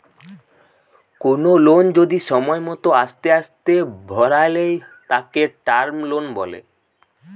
কোনো লোন যদি সময় মতো আস্তে আস্তে ভরালয় তাকে টার্ম লোন বলে